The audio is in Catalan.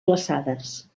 glaçades